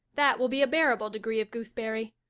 that will be a bearable degree of gooseberry.